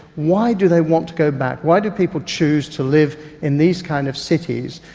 why do they want to go back? why do people choose to live in these kind of cities?